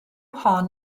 hon